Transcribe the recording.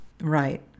Right